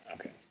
Okay